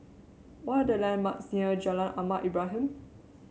what are the landmarks near Jalan Ahmad Ibrahim